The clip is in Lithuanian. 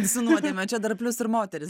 su nuodėme o čia dar plius ir moteris